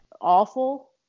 awful